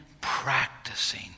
practicing